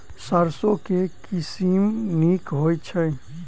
सैरसो केँ के किसिम नीक होइ छै?